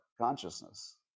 consciousness